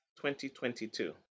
2022